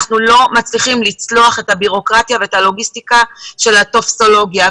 אנחנו לא מצליחים לצלוח את הבירוקרטיה ואת הלוגיסטיקה של הטופסולוגיה.